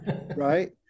right